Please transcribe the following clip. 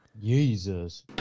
Jesus